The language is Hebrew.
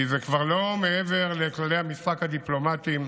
כי זה כבר מעבר לכללי המשחק הדיפלומטיים,